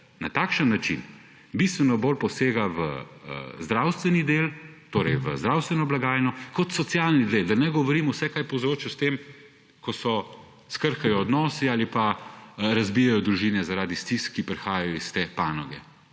na takšen način bistveno bolj posega v zdravstveni del, torej v zdravstveno blagajno, ter v socialni del, da ne govorim, kaj vse se povzroči s tem, ko se skrhajo odnosi ali razbijejo družine zaradi stisk, ki prihajajo iz te panoge.